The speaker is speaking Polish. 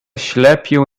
ślepił